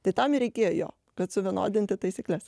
tai tam ir reikėjo jo kad suvienodinti taisykles